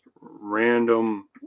random